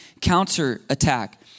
counter-attack